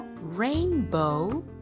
Rainbow